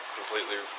completely